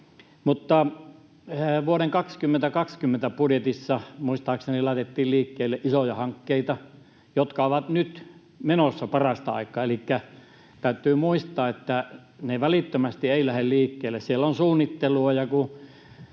siitä. Vuoden 2020 budjetissa, muistaakseni, laitettiin liikkeelle isoja hankkeita, jotka ovat nyt menossa parasta aikaa, elikkä täytyy muistaa, että ne eivät välittömästi lähde liikkeelle. Siellä on suunnittelua,